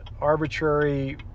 arbitrary